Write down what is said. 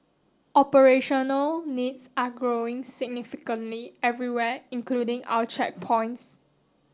operational needs are growing significantly everywhere including our checkpoints